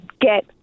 get